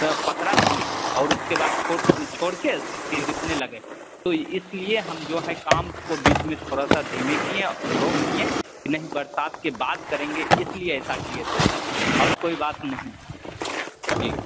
पकड़ा नहीं और उसके बाद छोड़ के हमने लगे इसलिये हम जो है काम को बीच में थोड़ा सा धीमे किये और रोक दिये नहीं बरसात के बाद करेंगे इसलिये ऐसा किये थे सर और कोई बात नहीं ठीक